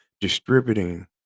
distributing